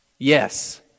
Yes